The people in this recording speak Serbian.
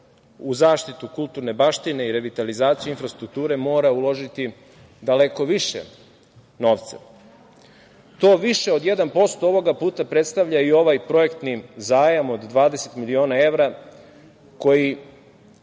u zaštitu kulturne baštine i revitalizaciju infrastrukture mora uložiti daleko više novca. To više od 1% ovoga puta predstavlja i ovaj projektni zajam od 20 miliona evra koji